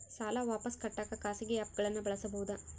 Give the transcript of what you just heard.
ಸಾಲ ವಾಪಸ್ ಕಟ್ಟಕ ಖಾಸಗಿ ಆ್ಯಪ್ ಗಳನ್ನ ಬಳಸಬಹದಾ?